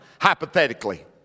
hypothetically